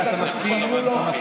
אתה מסכים?